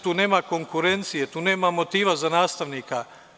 Tu nema konkurencije, tu nema motiva za nastavnika.